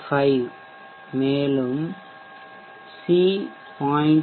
5 மேலும் C0